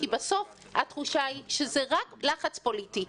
כי בסוף התחושה היא שזה רק לחץ פוליטי.